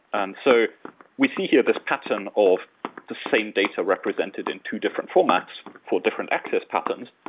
and so we see here this pattern of the same data represented in two different formats for different access patterns,